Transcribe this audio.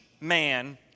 man